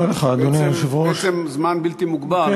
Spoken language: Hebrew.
בעצם זמן בלתי מוגבל,